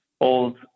old